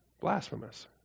Blasphemous